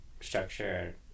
structure